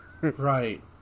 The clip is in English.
Right